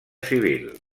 civil